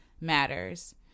matters